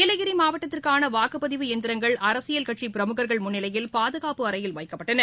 நீலகிரி மாவட்டத்திற்கான வாக்குப்பதிவு இயந்திரங்கள் அரசியல் கட்சி பிரமுகர்கள் முன்னிலையில் பாதுகாப்பு அறையில் வைக்கப்பட்டன